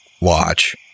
watch